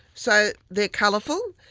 so they are colourful.